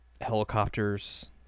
Helicopters